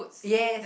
yes